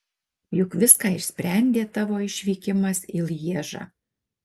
juk viską išsprendė tavo išvykimas į lježą